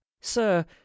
Sir